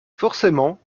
forcément